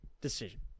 decision